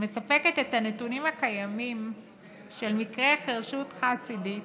שמספקת את הנתונים הקיימים של מקרי החירשות החד-צידית,